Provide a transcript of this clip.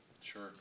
Sure